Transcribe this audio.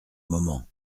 moment